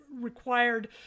required